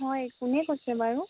হয় কোনে কৈছে বাৰু